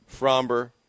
Fromber